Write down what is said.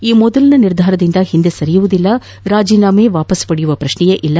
ಈ ಮೊದಲಿನ ನಿರ್ಧಾರದಿಂದ ಹಿಂದೆ ಸರಿಯುವುದಿಲ್ಲ ರಾಜೀನಾಮೆಗಳನ್ನು ವಾಪಸ್ ಪಡೆಯುವ ಪ್ರಕ್ಷೆಯೇ ಇಲ್ಲ